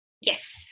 Yes